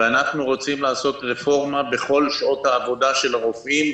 אנחנו רוצים לעשות רפורמה בכל שעות העבודה של הרופאים,